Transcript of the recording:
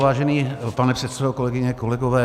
Vážený pane předsedo, kolegyně, kolegové.